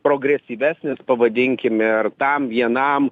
progresyvesnis pavadinkim ir tam vienam